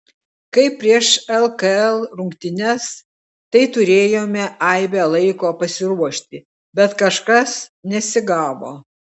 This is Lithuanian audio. kaip prieš lkl rungtynes tai turėjome aibę laiko pasiruošti bet kažkas nesigavo